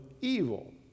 evil